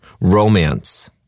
Romance